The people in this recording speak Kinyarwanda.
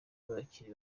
bakiri